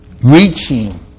reaching